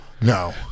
No